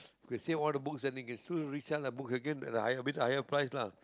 he can save all the books and he can still resell the book again at a higher bit higher price lah